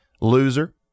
Loser